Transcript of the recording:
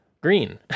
green